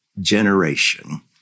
generation